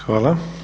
Hvala.